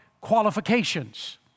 qualifications